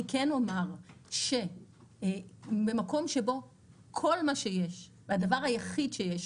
אני כן אומר שבמקום שבו כל מה שיש, הדבר היחיד שיש